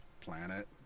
planet